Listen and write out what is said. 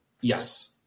yes